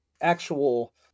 actual